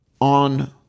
on